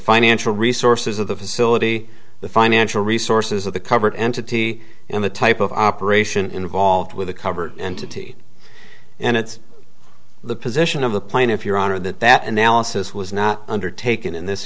financial resources of the facility the financial resources of the covered entity and the type of operation involved with a covered entity and it's the position of the plaintiff your honor that that analysis was not undertaken in this